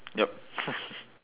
yup